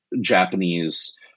Japanese